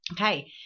Okay